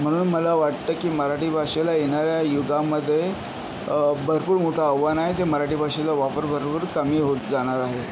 म्हणून मला वाटतं की मराठी भाषेला येणाऱ्या युगामध्ये भरपूर मोठं आव्हान आहे ते मराठी भाषेचा वापर भरपूर कमी होत जाणार आहे